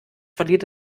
verliert